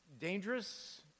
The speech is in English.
dangerous